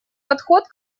подход